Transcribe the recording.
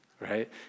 right